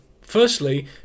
Firstly